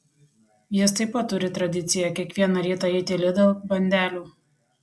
jis taip pat turi tradiciją kiekvieną rytą eiti į lidl bandelių